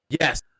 Yes